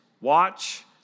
watch